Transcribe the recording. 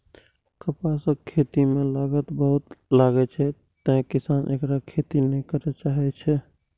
कपासक खेती मे लागत बहुत लागै छै, तें किसान एकर खेती नै करय चाहै छै